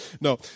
No